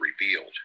revealed